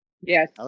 Yes